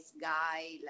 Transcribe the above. guy